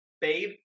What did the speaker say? Babe